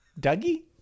Dougie